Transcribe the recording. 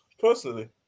personally